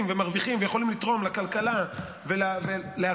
ומרוויחים ויכולים לתרום לכלכלה ולכול,